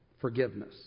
Forgiveness